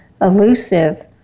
elusive